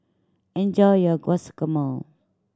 enjoy your Guacamole